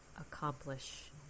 accomplish